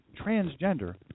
transgender